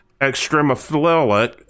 Extremophilic